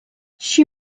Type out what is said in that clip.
she